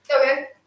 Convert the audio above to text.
Okay